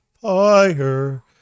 fire